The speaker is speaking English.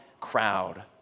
crowd